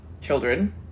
Children